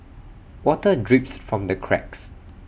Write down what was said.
water drips from the cracks